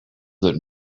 that